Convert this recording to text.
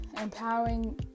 empowering